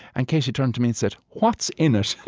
and katy turned to me and said, what's in it?